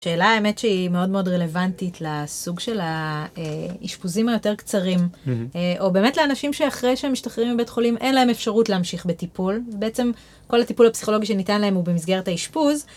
שאלה האמת שהיא מאוד מאוד רלוונטית לסוג של האשפוזים היותר קצרים, או באמת לאנשים שאחרי שהם משתחררים מבית חולים אין להם אפשרות להמשיך בטיפול, בעצם כל הטיפול הפסיכולוגי שניתן להם הוא במסגרת האשפוז.